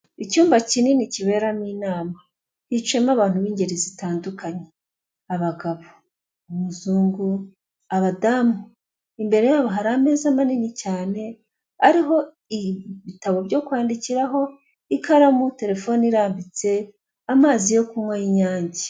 Icyumba kinini kiberamo inama hicayemo abantu b'ingeri zitandukanye, abagabo, umuzungu, abadamu, imbere yabo hari ameza manini cyane ariho ibitabo byo kwandikiraho, ikaramu telefone irambitse, amazi yo kunywa y'inyange.